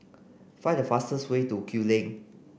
find the fastest way to Kew Lane